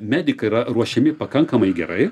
medikai yra ruošiami pakankamai gerai